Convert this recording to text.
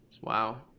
Wow